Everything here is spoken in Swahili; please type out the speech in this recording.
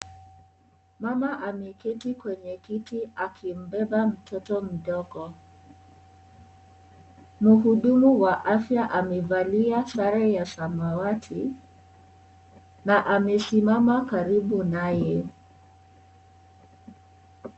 Mama ameketi kwenye kiti akimbeba mtoto mdogo. Muhudumu wa afya amevalia sare ya samawati na amesimama karibu naye.